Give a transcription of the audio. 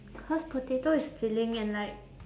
cause potato is filling and like